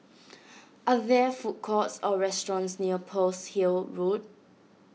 are there food courts or restaurants near Pearl's Hill Road